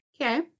Okay